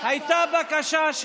הייתה בקשה,